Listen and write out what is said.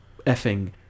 effing